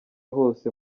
hose